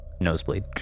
Nosebleed